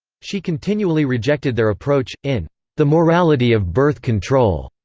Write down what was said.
she continually rejected their approach in the morality of birth control,